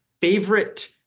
favorite